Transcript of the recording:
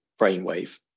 brainwave